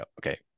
okay